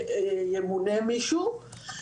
שימונה מישהו,